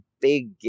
big